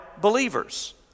believers